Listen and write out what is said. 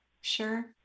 sure